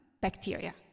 bacteria